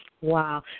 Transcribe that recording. Wow